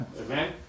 Amen